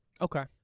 Okay